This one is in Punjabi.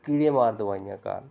ਕੀੜੇਮਾਰ ਦਵਾਈਆਂ ਕਾਰਨ